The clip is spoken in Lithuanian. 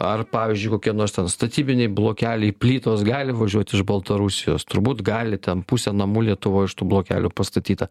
ar pavyzdžiui kokie nors ten statybiniai blokeliai plytos gali važiuoti iš baltarusijos turbūt gali ten pusė namų lietuvoj iš tų blokelių pastatyta